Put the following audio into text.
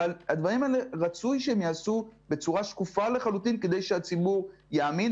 אבל רצוי שהדברים האלה ייעשו בצורה שקופה לחלוטין כדי שהציבור יאמין.